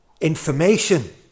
information